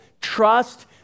trust